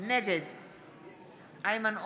נגד איימן עודה,